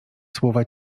słowa